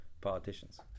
politicians